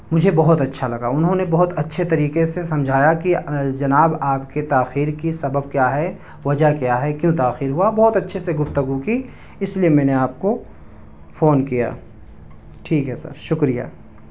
مجھے بہت اچھا لگا انہوں نے بہت اچھے طریقے سے سمجھایا کہ جناب آپ کے تاخیر کی سبب کیا ہے وجہ کیا ہے کیوں تاخیر ہوا بہت اچھے سے گفتگو کی اس لیے میں نے آپ کو فون کیا ٹھیک ہے سر شکریہ